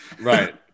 right